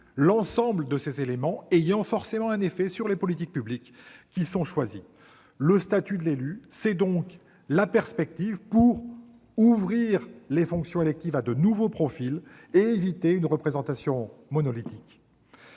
L'ensemble de ces éléments a forcément un effet sur les politiques publiques choisies. Le statut de l'élu doit donc permettre d'ouvrir les fonctions électives à de nouveaux profils et d'éviter une représentation monolithique.